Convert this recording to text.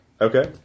Okay